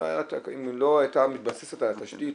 אם לא הייתה מתבססת התשתית